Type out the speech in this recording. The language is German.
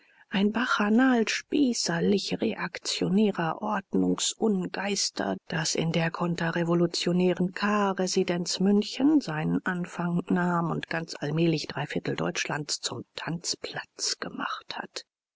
ein bacchanal spießerlich-reaktionärer ordnungs-ungeister das in der konterrevolutionären kahr-residenz münchen seinen anfang nahm und ganz allmählich dreiviertel deutschlands zum tanzplatz gemacht hat